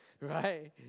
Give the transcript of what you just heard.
Right